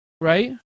right